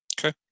Okay